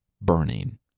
burning